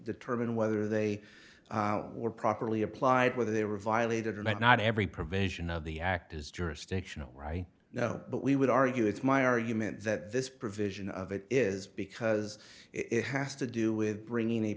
determine whether they were properly applied whether they were violated or not not every provision of the act is jurisdictional right now but we would argue it's my argument that this provision of it is because it has to do with bringing a